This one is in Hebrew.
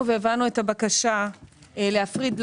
והבנו את הבקשה להפריד,